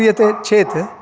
क्रियते चेत्